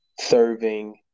serving